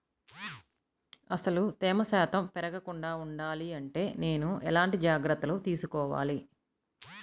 అసలు తేమ శాతం పెరగకుండా వుండాలి అంటే నేను ఎలాంటి జాగ్రత్తలు తీసుకోవాలి?